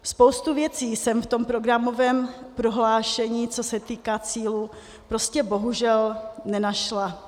Spoustu věcí jsem v tom programovém prohlášení, co se týká cílů, prostě bohužel nenašla.